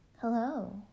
Hello